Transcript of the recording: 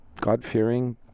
God-fearing